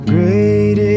Great